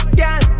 girl